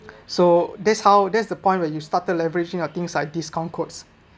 so that's how that's the point where you started leveraging a thing like discount code